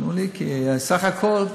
כי בסך הכול,